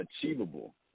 achievable